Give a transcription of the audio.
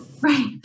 Right